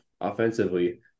offensively